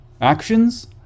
Actions